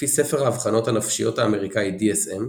לפי ספר האבחנות הנפשיות האמריקאי DSM,